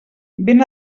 ben